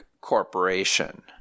Corporation